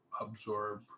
absorb